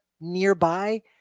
nearby